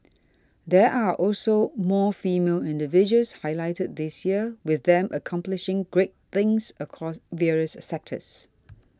there are also more female individuals highlighted this year with them accomplishing great things across various sectors